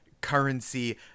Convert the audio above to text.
currency